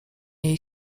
jej